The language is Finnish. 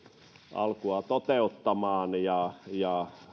alkua toteuttamaan ja ja